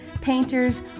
painters